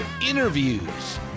interviews